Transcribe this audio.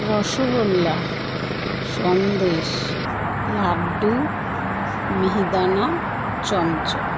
রসগোল্লা সন্দেশ লাড্ডু মিহিদানা চমচম